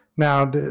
Now